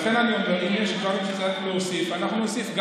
לכן אני אומר, אם יש דברים שצריך להוסיף, נוסיף.